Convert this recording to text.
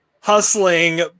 hustling